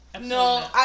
No